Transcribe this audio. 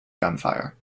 gunfire